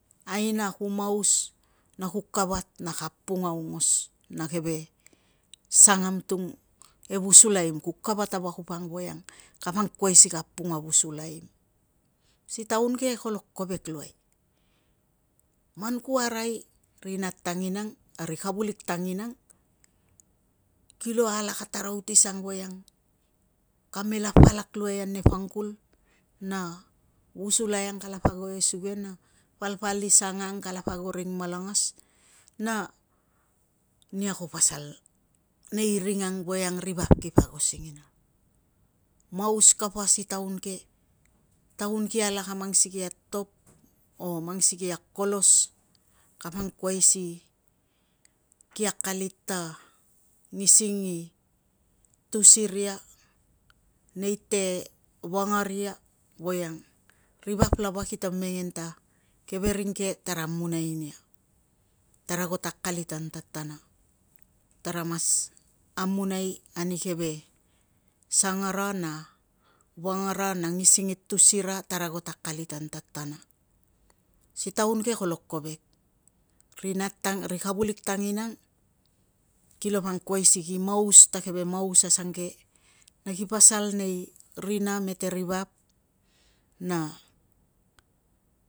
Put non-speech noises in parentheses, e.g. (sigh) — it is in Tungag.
Aina ku maus na ku kavat na ka apung aungos na keve sangam tung e vusulaiim, ku kavat a vakup ang voiang kapangkuai si ka apung a vusualaim. Si taun ke kolo kovek luai, man ku arai ri nat tanginang a ri kavulik tanginang kilo alak a tarautis ang voiang kamela palak luai ane pangkul, na vulsulai ang kalapa ago e suge na palpal i sanga ang kalapa ago e ring malangas na nia ko pasal nei ring ang voiang a ri vap kipo ago singina. Maus kapa si taun ke, taun i alak a mang sikei a top, o mang sikei a kolos kapa angkuai si ki akalit ta ngising i tus iria, neite vangaria voiang ri vap lava kito mengen ta keve ring ke tara amunai nia, tara ago ta akalit an tatana, tara mas amunai ani keve sangara na vangara na ngising i tus ira, tara ago ta akalit an tatana. Si taun ke kolo kovek, ri (hesitation) kavulik tanginang kilo pangkuai si ki maus, ta keve maus asangke na ki pasal nei rina mete ri vap, na